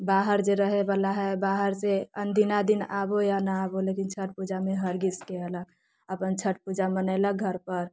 बाहर जे रहै बला है बाहर से अनदिना दिन आबो या नहि आबो लेकिन छठि पूजामे हरगिजके अयलक अपन छठि पूजा मनेलक घर पर